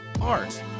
art